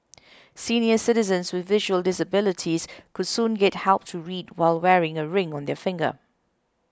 senior citizens with visual disabilities could soon get help to read while wearing a ring on their finger